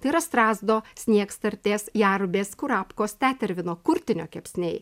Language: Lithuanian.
tai yra strazdo sniegstartės jerubės kurapkos tetervino kurtinio kepsniai